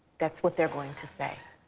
that's what they're going to say.